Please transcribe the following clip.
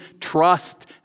trust